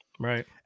Right